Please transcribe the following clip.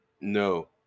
No